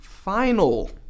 Final